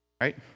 right